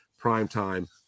primetime